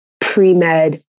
pre-med